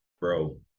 bro